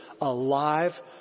alive